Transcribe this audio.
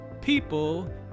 people